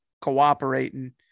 cooperating